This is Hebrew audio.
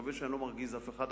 מקווה שאני לא מרגיז אף אחד,